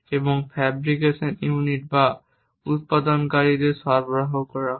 এবং fabrication unit বা উত্পাদনকারীদের সরবরাহ করা হয়